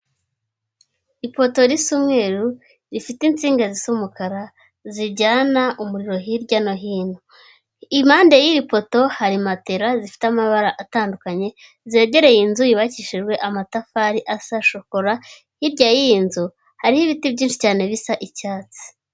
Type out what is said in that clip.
Ipoto risa umweru, rifite insinga zisa umukara zijyana umuriro hirya no hino. Impande y'iy'ipoto hari matera zifite amabara atandukanye zegereye inzu yubakishijwe amatafari asa shokora. Hirya y'iyi nzu hariho ibiti byinshi cyane bisa icyatsi.